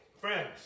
friends